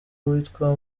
uwitwa